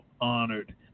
honored